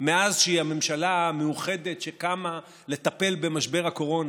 מאז שהיא הממשלה המאוחדת שקמה לטפל במשבר הקורונה,